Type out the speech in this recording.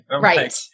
Right